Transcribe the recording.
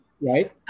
right